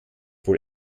wohl